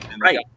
right